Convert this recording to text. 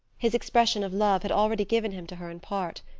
his expression of love had already given him to her in part.